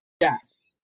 Yes